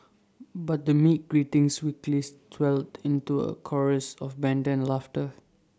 but the meek greetings weakness swelled into A chorus of banter laughter